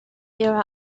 there